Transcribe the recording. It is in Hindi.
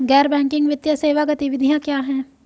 गैर बैंकिंग वित्तीय सेवा गतिविधियाँ क्या हैं?